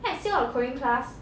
then I see all the coding class